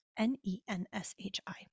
N-E-N-S-H-I